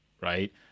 right